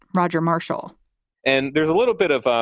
roger marshall and there's a little bit of, ah